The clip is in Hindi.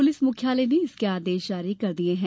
पुलिस मुख्यालय ने इसके आदेश जारी कर दिये है